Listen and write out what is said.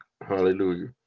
Hallelujah